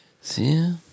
see